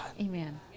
Amen